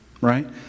Right